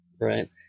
right